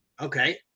Okay